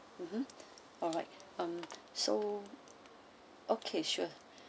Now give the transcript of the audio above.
(uh huh) alright um so okay sure